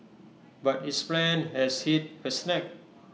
but its plan has hit A snag